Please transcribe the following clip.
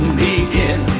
begin